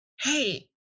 hey